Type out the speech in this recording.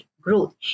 growth